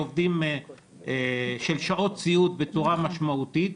שעות סיעוד בצורה משמעותית,